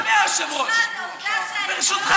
טוב שאתה לא אומר "סמרטוטים" אבל זה נכון,